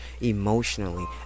emotionally